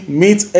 meet